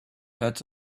hurts